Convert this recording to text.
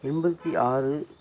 எண்பத்தி ஆறு